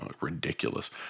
Ridiculous